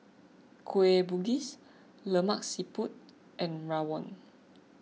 Kueh Bugis Lemak Siput and Rawon